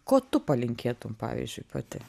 ko tu palinkėtum pavyzdžiui pati